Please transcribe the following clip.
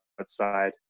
outside